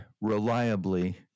reliably